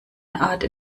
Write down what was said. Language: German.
art